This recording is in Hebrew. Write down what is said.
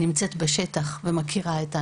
נמצאת בשטח ומכירה את האנשים,